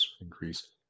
increase